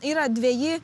yra dveji